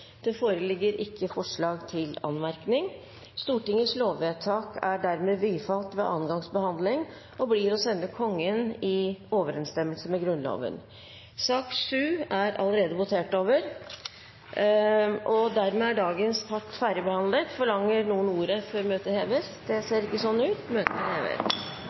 Det foreligger ingen forslag til anmerkninger til noen av sakene. Stortingets lovvedtak er dermed bifalt ved andre gangs behandling og blir å sende Kongen i overensstemmelse med Grunnloven. Sak nr. 7, Referat, er det allerede votert over. Dermed er dagens kart ferdigbehandlet. Forlanger noen ordet før møtet heves? – Møtet er hevet.